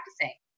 practicing